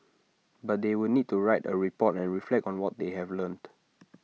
but they would need to write A report and reflect on what they have learnt